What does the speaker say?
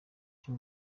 cyo